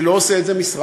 זה לא עושה את זה משרד,